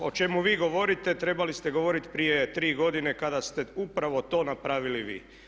To o čemu vi govorite trebali ste govoriti prije tri godine kada ste upravo to napravili vi.